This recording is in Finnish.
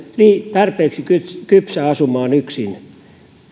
tarpeeksi kypsä asumaan yksin